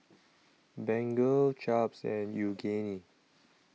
Bengay Chaps and Yoogane